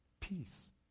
Peace